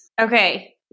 Okay